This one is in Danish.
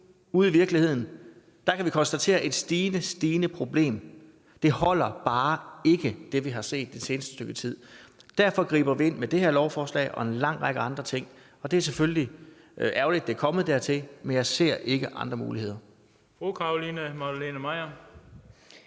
ude i virkeligheden konstatere et stadigt stigende problem, men med det, vi har set i sidste stykke tid, holder det bare ikke. Derfor griber vi ind med det her lovforslag og en lang række andre ting, og det er selvfølgelig ærgerligt, at det er kommet dertil, men jeg ser ikke andre muligheder.